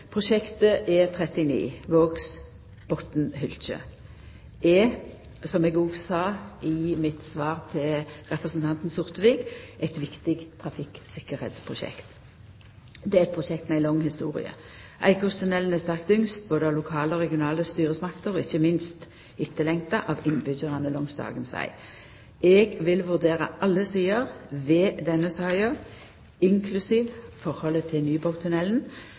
er, som eg òg sa i mitt svar til representanten Sortevik, eit viktig trafikktryggleiksprosjekt. Det er eit prosjekt med ei lang historie. Eikåstunnelen er sterkt ynskt av både lokale og regionale styresmakter, og ikkje minst etterlengta av innbyggjarane langs dagens veg. Eg vil vurdera alle sider ved denne saka, inklusiv forholdet til